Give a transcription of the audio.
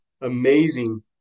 amazing